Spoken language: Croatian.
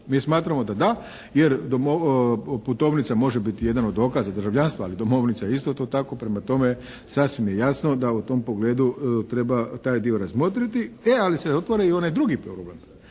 Mi smatramo da da jer putovnica može biti jedan od dokaza državljanstva, ali domovnica je isto to tako. Prema tome, sasvim je jasno da u tom pogledu treba taj dio razmotriti. E ali se otvara i onaj drugi problem.